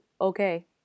okay